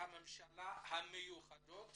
הממשלה המיוחדות